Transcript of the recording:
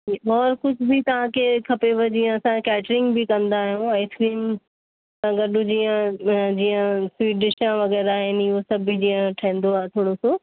और कुझु बि तव्हांखे खपेव त जीअं असां केटरिंग बि कंदा आहियूं आइस्क्रीम सां गॾ जीअं जीअं स्वीट डिशा वगै़रह आहिनि हूअ सभु बि जीअं ठहींदो आहे थोरो सो